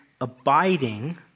abiding